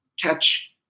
catch